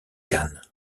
canne